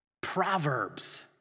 Proverbs